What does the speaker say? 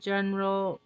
General